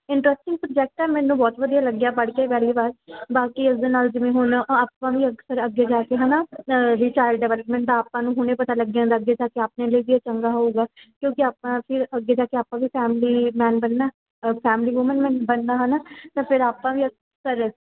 interesting subject ਹੈ ਮੈਨੂੰ ਬਹੁਤ ਵਧੀਆ ਲੱਗਿਆ ਪੜ੍ਹਕੇ ਪਹਿਲੀ ਵਾਰ ਬਾਕੀ ਇਸਦੇ ਨਾਲ ਜਿਵੇਂ ਹੁਣ ਆਪਾਂ ਨੂੰ ਵੀ ਅਕਸਰ ਅੱਗੇ ਜਾ ਕੇ ਹੈ ਨਾ ਵਿਚਾਰ ਡਿਵਲਪਮੈਂਟ ਦਾ ਆਪਾਂ ਨੂੰ ਹੁਣੇ ਪਤਾ ਲੱਗ ਜਾਂਦਾ ਅੱਗੇ ਜਾ ਕੇ ਆਪਣੇ ਲਈ ਵੀ ਇਹ ਚੰਗਾ ਹੋਊਗਾ ਕਿਉਂਕਿ ਆਪਾਂ ਫਿਰ ਅੱਗੇ ਜਾ ਕੇ ਆਪਾਂ ਵੀ ਫੈਮਲੀ ਮੈਨ ਬਣਨਾ ਫੈਮਲੀ ਵੂਮੈਨ ਮਨ ਬਣਨਾ ਹੈ ਨਾ ਤਾਂ ਫਿਰ ਆਪਾਂ ਵੀ ਸਰ